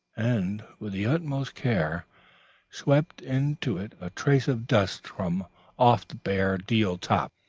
and with the utmost care swept into it a trace of dust from off the bare deal top.